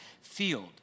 field